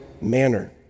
manner